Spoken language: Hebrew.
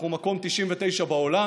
אנחנו מקום 99 בעולם,